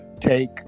take